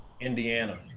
Indiana